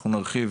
אנחנו נרחיב